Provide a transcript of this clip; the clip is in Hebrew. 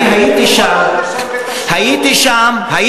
הייתי שם, הייתי שם, הן עולות לשם בתשלום.